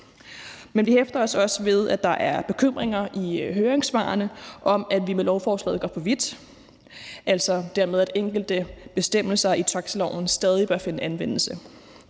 Men vi hæfter os ved, at der er bekymringer i høringssvarene om, at vi med lovforslaget går for vidt, og dermed at enkelte bestemmelser i taxiloven altså stadig bør finde anvendelse,